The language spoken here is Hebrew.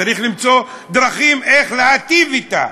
צריך למצוא דרכים איך להיטיב אתה,